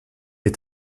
est